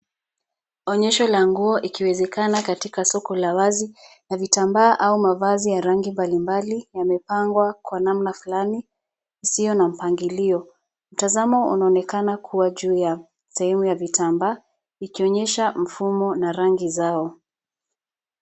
Onyesho la nguo ikiwezekana katika soko la wazi ya vitambaa au mavazi ya rangi mbalimbali, yamepangwa kwa namna flani usio na mpangilio. Mtazamo unaonekana kuwa juu ya sehemu ya vitambaa ikionyesha mfumo na rangi zao.